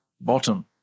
bottom